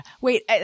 Wait